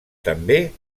també